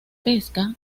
pesca